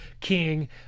king